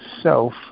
self